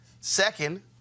Second